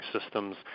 systems